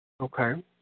Okay